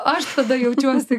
aš tada jaučiuosi taip